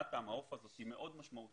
שנת המעוף הזו היא מאוד משמעותית.